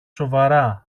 σοβαρά